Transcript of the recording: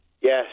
Yes